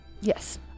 yes